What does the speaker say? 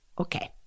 Okay